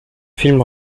film